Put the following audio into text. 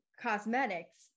cosmetics